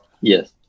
Yes